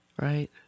Right